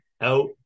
out